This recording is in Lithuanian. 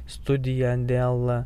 studiją dėl